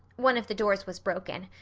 one of the doors was broken.